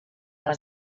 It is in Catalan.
per